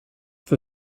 for